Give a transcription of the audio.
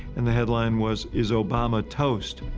and the headline was, is obama toast?